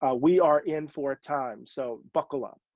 ah we are in for a time. so, buckle up.